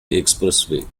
expressway